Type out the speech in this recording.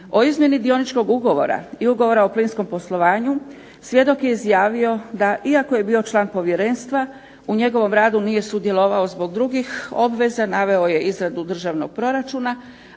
O izmjeni Dioničkog ugovora i Ugovora o plinskom poslovanju svjedok je izjavio da iako je bio član povjerenstva u njegovom radu nije sudjelovao zbog drugih obveza. Naveo je izradu državnog proračuna,